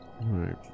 right